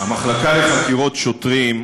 המחלקה לחקירות שוטרים,